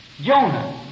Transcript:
Jonah